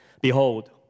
Behold